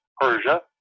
Persia